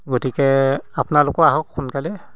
গতিকে আপোনালোকো আহক সোনকালে